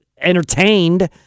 entertained